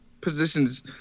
positions